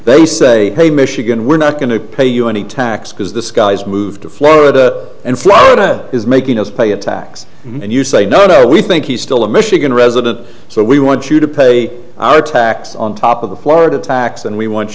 they say hey michigan we're not going to pay you any tax because this guy's moved to florida and florida is making us pay a tax and you say no no we think he's still a michigan resident so we want you to pay our tax on top of the florida tax and we want